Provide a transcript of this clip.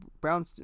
Brown